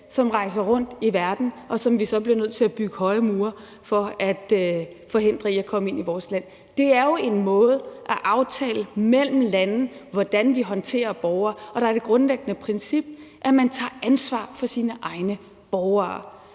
som rejser rundt i verden, og som vi så bliver nødt til at bygge høje mure for at forhindre i at komme ind i vores land. Det er jo en måde at aftale mellem lande, hvordan vi håndterer borgere, og der er det grundlæggende princip, at man tager ansvar for sine egne borgere.